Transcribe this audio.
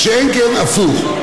מה שאין כן הפוך.